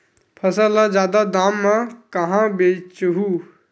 फसल ल जादा दाम म कहां बेचहु?